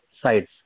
sides